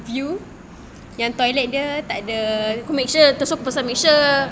yang toilet dia takde